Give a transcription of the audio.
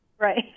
Right